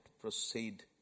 proceed